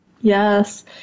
Yes